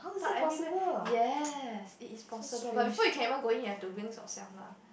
part everywhere yes it is possible but before you can even go in you have to rinse yourself lah